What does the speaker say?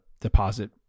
deposit